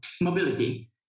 mobility